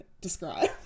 describe